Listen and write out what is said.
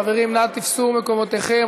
חברים, נא תפסו את מקומותיכם.